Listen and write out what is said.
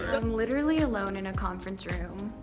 but i'm literally alone in a conference room.